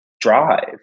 drive